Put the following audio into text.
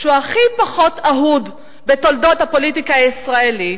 שהוא הכי פחות אָהוּד בתולדות הפוליטיקה הישראלית,